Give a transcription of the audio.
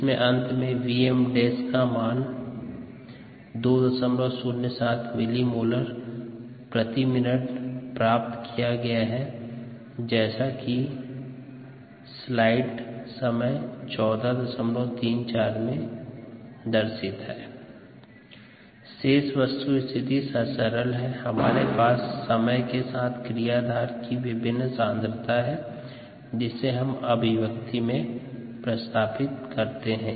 हम जानते है कि vmk3Et So vmk3Et vmk3×3×Et since Et3Et ∴vm3×k3×Et3vm3×069207mMmin 1 शेष वस्तुस्थिति सरल है कि हमारे पास समय के साथ क्रियाधार की विभिन्न सांद्रता है जिसे हमे अभिव्यक्ति में प्रतिस्थापित करना है